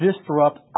disrupt